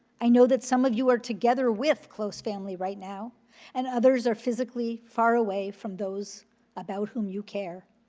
i know that some of you are together with close family right now and others are physically far away from those about whom you care.